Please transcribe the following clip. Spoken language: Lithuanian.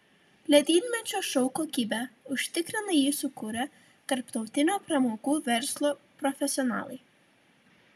ledynmečio šou kokybę užtikrina jį sukūrę tarptautinio pramogų verslo profesionalai